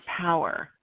power